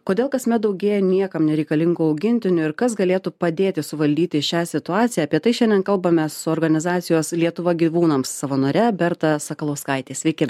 kodėl kasmet daugėja niekam nereikalingų augintinių ir kas galėtų padėti suvaldyti šią situaciją apie tai šiandien kalbame su organizacijos lietuva gyvūnams savanore berta sakalauskaitė sveiki